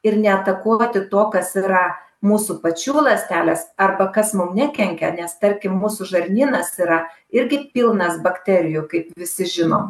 ir ne atakuoti to kas yra mūsų pačių ląstelės arba kas mum nekenkia nes tarkim mūsų žarnynas yra irgi pilnas bakterijų kaip visi žinom